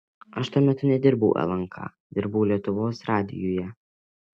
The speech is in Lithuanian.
aš tuo metu nedirbau lnk dirbau lietuvos radijuje